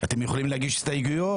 שאנחנו יכולים להגיש הסתייגויות,